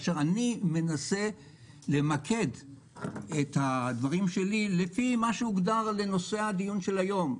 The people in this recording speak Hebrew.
אני מנסה למקד את הדברים שלי לפי מה שהוגדר לנושא הדיון של היום,